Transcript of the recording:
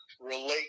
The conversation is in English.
relate